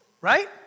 Right